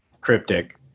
cryptic